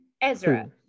Ezra